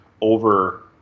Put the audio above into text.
over